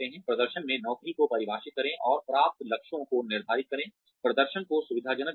प्रदर्शन में नौकरी को परिभाषित करें और प्राप्त लक्ष्यों को निर्धारित करें प्रदर्शन को सुविधाजनक बनाए